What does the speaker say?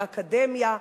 האקדמיה,